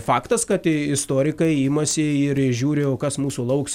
faktas kad istorikai imasi ir žiūri o kas mūsų lauks